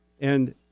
And-